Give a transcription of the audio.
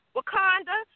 Wakanda